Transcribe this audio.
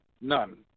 none